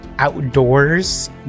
Outdoors